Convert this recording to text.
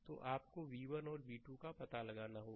तो आपको v1 और v2 का पता लगाना होगा